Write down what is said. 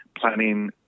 planning